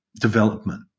development